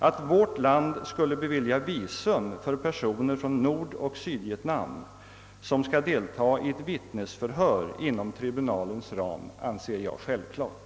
Att vårt land skulle bevilja visum för personer från Nordoch Sydvietnam, som skulle delta i ett vittnesförhör inom tribunalens ram, anser jag självklart.